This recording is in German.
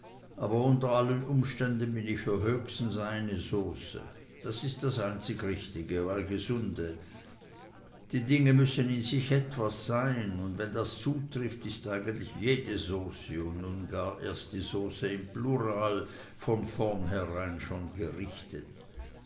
aber unter allen umständen bin ich für höchstens eine sauce das ist das einzig richtige weil gesunde die dinge müssen in sich etwas sein und wenn das zutrifft so ist eigentlich jede sauce und nun gar erst die sauce im plural von vornherein schon gerichtet